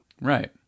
Right